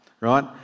right